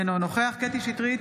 אינו נוכח קטי קטרין שטרית,